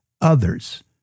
others